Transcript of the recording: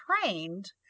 trained